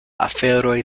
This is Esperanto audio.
aferoj